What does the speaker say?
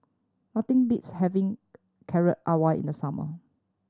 nothing beats having Carrot Halwa in the summer